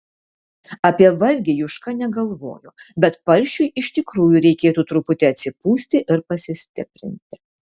apie valgį juška negalvojo bet palšiui iš tikrųjų reikėtų truputį atsipūsti ir pasistiprinti